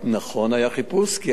היה חיפוש כי עלה חשד,